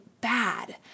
bad